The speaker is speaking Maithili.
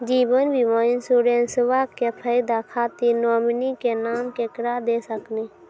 जीवन बीमा इंश्योरेंसबा के फायदा खातिर नोमिनी के नाम केकरा दे सकिनी?